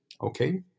Okay